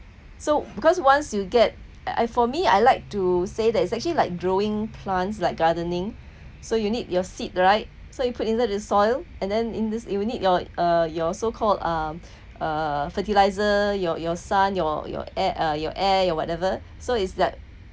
so because once you get and for me I like to say that it's actually like growing plants like gardening so you need your seed right so you put inside the soil and then in this you'll need your uh your so called um uh fertiliser your your sun your your your air uh your air uh your whatever so it's like